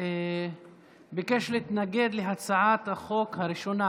ביקש להתנגד להצעת החוק הראשונה,